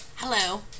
Hello